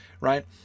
right